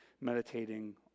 meditating